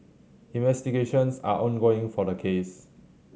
investigations are ongoing for the case